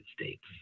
States